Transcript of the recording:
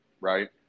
Right